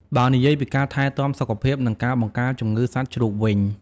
បើនិយាយពីការថែទាំសុខភាព និងការបង្ការជំងឺសត្វជ្រូកវិញ។